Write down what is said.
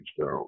down